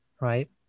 right